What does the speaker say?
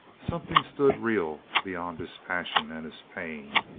something stood real beyond his passion and his pain.